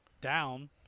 down